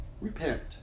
Repent